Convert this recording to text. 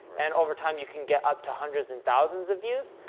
and over time you can get up to hundreds and thousands of views.